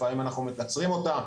לפעמים אנחנו מקצרים אותה.